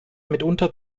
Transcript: mitunter